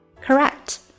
Correct